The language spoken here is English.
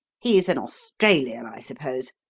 he's an australian, i suppose.